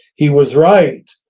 he was right,